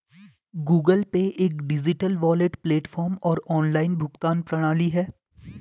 Google Pay एक digital wallet platform और online भुगतान प्रणाली है